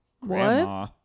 Grandma